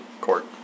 court